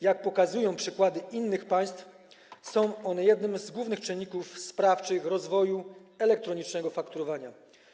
Jak pokazują przykłady innych państw, są one jednym z głównych czynników sprawczych rozwoju elektronicznego fakturowania.